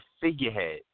figurehead